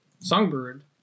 songbird